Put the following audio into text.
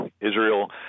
Israel